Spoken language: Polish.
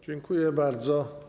Dziękuję bardzo.